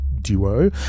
duo